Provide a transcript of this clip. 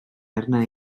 arna